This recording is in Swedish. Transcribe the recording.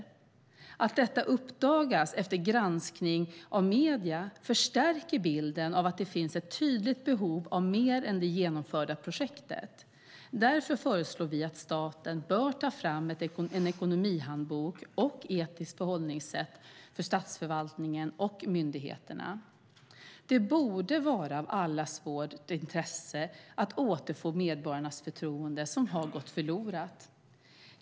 Att detta uppdagas efter granskning av medierna förstärker bilden av att det finns ett tydligt behov av mer än det genomförda projektet. Därför föreslår vi att staten bör ta fram en ekonomihandbok och ett etiskt förhållningssätt för statsförvaltningen och myndigheterna. Det borde vara i allas intresse att återfå medborgarnas förtroende som har gått förlorat.